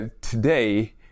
today